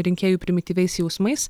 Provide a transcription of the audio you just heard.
rinkėjų primityviais jausmais